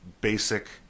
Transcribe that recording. basic